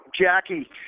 Jackie